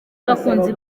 abakunzi